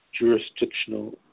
Jurisdictional